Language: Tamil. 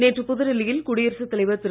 நேற்று புதுடில்லியில் குடியரசுத் தலைவர் திரு